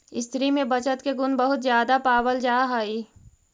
स्त्रि में बचत के गुण बहुत ज्यादा पावल जा हई